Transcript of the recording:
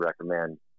recommend